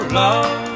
love